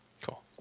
Cool